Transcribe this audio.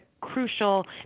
crucial